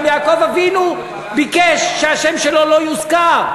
גם יעקב אבינו ביקש שהשם שלו לא יוזכר.